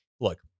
look